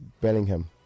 Bellingham